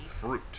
Fruit